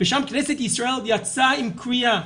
ושם כנסת ישראל יצאה עם קריאה,